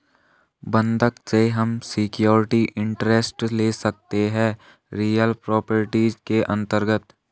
बंधक से हम सिक्योरिटी इंटरेस्ट ले सकते है रियल प्रॉपर्टीज के अंतर्गत